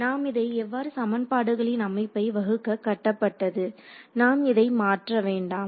நாம் இதை எவ்வாறு சமன்பாடுகளின் அமைப்பை வகுக்கக் கட்டப்பட்டது நாம் இதை மாற்ற வேண்டாம்